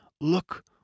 Look